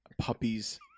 Puppies